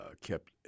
kept